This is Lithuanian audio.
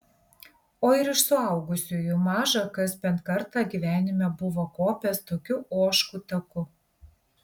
o ir iš suaugusiųjų maža kas bent kartą gyvenime buvo kopęs tokiu ožkų taku